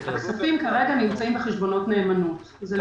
יש כאן כמה נגזרות למשל, שלא